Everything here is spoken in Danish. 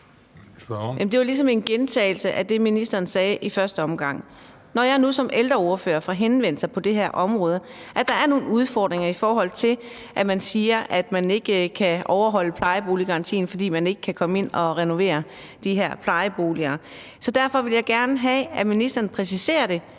Det er jo ligesom en gentagelse af det, ministeren sagde i første omgang. Når jeg nu som ældreordfører får henvendelser på det her område om, at der er nogle udfordringer, i forhold til at man siger, at man ikke kan overholde plejeboliggarantien, fordi man ikke kan komme ind og renovere de her plejeboliger, vil jeg gerne have, at ministeren præciserer det,